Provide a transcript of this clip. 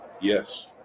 Yes